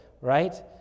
right